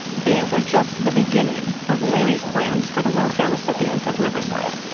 they were just the beginning of larry's plans for the welfare recipients of riverside.